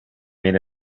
made